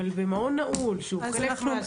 אבל במעון נעול שהוא חלף מאסר,